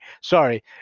Sorry